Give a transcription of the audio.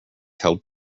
held